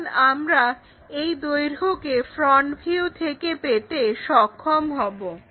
কারন আমরা এই দৈর্ঘ্যকে ফ্রন্ট ভিউ থেকে পেতে সক্ষম হবো